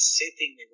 sitting